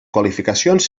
qualificacions